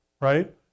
right